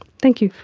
thank you.